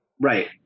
Right